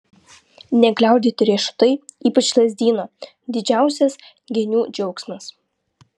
negliaudyti riešutai ypač lazdyno didžiausias genių džiaugsmas